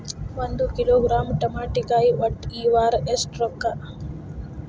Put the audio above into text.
ಒಂದ್ ಕಿಲೋಗ್ರಾಂ ತಮಾಟಿಕಾಯಿ ಒಟ್ಟ ಈ ವಾರ ಎಷ್ಟ ರೊಕ್ಕಾ?